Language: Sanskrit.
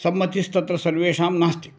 सम्मतिस्तत्र सर्वेषां नास्ति